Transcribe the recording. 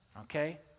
Okay